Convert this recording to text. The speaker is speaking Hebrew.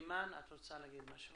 אימאן, את רוצה להגיד משהו?